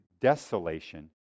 desolation